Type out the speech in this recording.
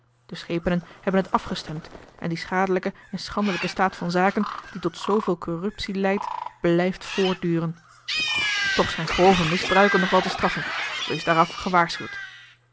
de schepenen hebben het afgestemd en die schadelijke en schandelijke staat van zaken die tot zooveel corruptie leidt blijft voortduren toch zijn grove misbruiken nog wel te straffen wees daaraf gewaarschuwd